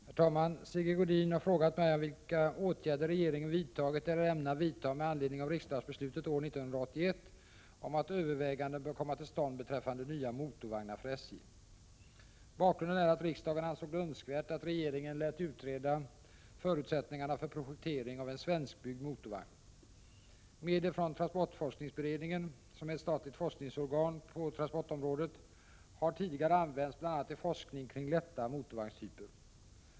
Herr talman! Sigge Godin har frågat mig om vilka åtgärder regeringen vidtagit eller ämnar vidta med anledning av riksdagsbeslutet år 1981 om att överväganden bör komma till stånd beträffande nya motorvagnar för SJ. Bakgrunden är att riksdagen ansåg det önskvärt att regeringen lät utreda förutsättningar för projektering av en svenskbyggd motorvagn. Medel från transportforskningsberedningen, som är ett statligt forskningsorgan på transportområdet, har tidigare använts bl.a. till forskning kring lätta motorvagnstyper.